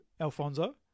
Alfonso